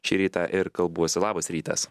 šį rytą ir kalbuosi labas rytas